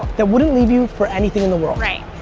that wouldn't leave you for anything in the world. right.